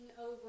over